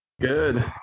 Good